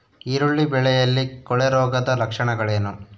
ಈರುಳ್ಳಿ ಬೆಳೆಯಲ್ಲಿ ಕೊಳೆರೋಗದ ಲಕ್ಷಣಗಳೇನು?